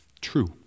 true